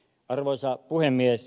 arvoisa puhemies